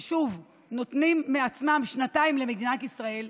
ששוב, נותנים מעצמם שנתיים למדינת ישראל.